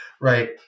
right